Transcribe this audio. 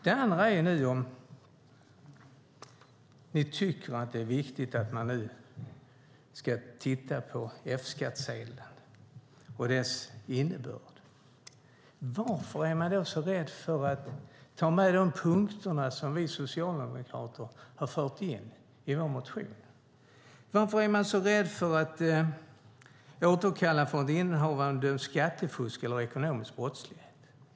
Det andra är att om ni nu tycker att det är viktigt att titta på F-skattsedeln och dess innebörd, varför är ni då så rädda för att ta med de punkter som vi socialdemokrater har fört in i vår motion? Varför är ni så rädda för att förhindra skattefusk eller ekonomisk brottslighet?